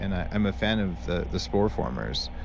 and i'm a fan of the the spore formers.